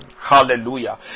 Hallelujah